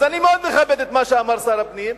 אז אני מאוד מכבד את מה שאמר שר הפנים.